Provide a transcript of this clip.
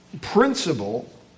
principle